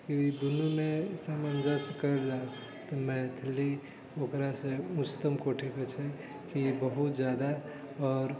इ दूनूमे सामंजस्य कयल जाइ तऽ मैथिली ओकरासँ उच्चतम कोटिपर छै की बहुत जादा आओर